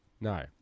No